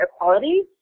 Equality